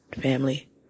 family